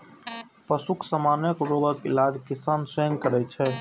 पशुक सामान्य रोगक इलाज किसान स्वयं करै छै